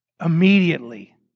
immediately